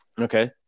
Okay